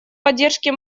поддержке